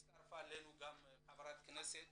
הצטרפה אלינו חברת הכנסת